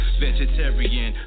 vegetarian